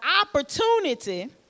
opportunity